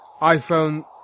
iPhone